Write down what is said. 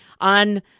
on